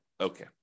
okay